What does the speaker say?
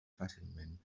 fàcilment